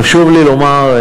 חשוב לי לומר,